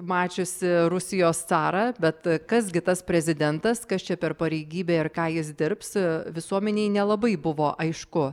mačiusi rusijos carą bet kas gi tas prezidentas kas čia per pareigybė ir ką jis dirbs visuomenei nelabai buvo aišku